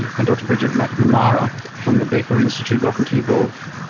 and dr bridgette mcnamara from the baker institute. welcome to you both.